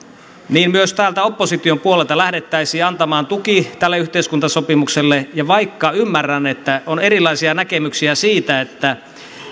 niin myös täältä opposition puolelta lähdettäisiin antamaan tuki tälle yhteiskuntasopimukselle ja vaikka ymmärrän että on erilaisia näkemyksiä siitä